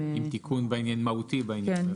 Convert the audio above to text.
עם תיקון מהותי בעניין הזה.